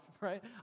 right